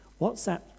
WhatsApp